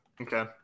Okay